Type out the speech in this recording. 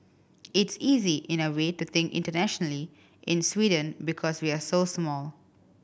it's easy in a way to think internationally in Sweden because we're so small